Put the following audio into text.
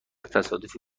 تصادفی